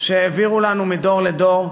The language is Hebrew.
שהעבירו לנו מדור לדור,